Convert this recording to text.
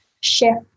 shift